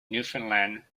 newfoundland